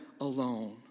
alone